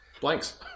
blanks